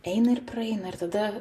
eina ir praeina ir tada